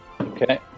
Okay